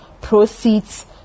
proceeds